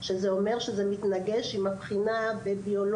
וזה אומר שזה מתנגש עם הבחינה בביולוגיה.